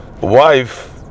wife